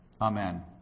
Amen